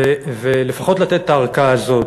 לפחות לתת את הארכה הזאת.